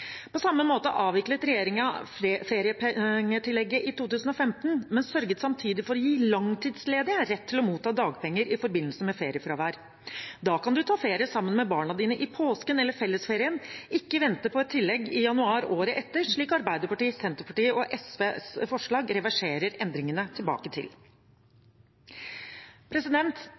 På samme måte avviklet regjeringen feriepengetillegget i 2015, men sørget samtidig for å gi langtidsledige rett til å motta dagpenger i forbindelse med feriefravær. Da kan man ta ferie sammen med barna i påsken eller fellesferien og ikke vente på et tillegg i januar året etter, slik Arbeiderpartiet, Senterpartiet og SVs forslag reverserer endringene tilbake til.